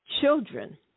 Children